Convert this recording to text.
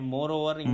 Moreover